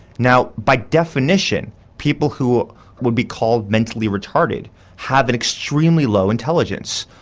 now by definition people who would be called mentally retarded have an extremely low intelligence,